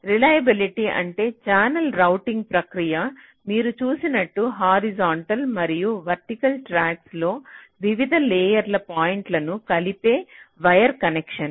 reliability అంటే channel routing ప్రక్రియ మీరు చూసినట్లు హారిజాంటల్ మరియు వర్టికల్ ట్రాక్స్ లో వివిధ లేయర్ల పాయింట్లను కలిపే వైర్ కనెక్షన్లు